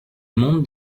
monde